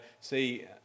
see